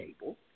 table